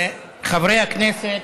חברי הכנסת,